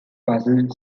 puzzled